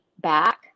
back